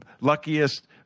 luckiest